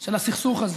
של הסכסוך הזה